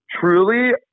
truly